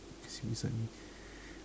you can sit beside me